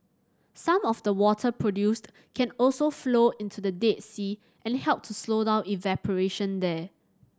some of the water produced can also flow into the Dead Sea and help to slow down evaporation there